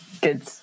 good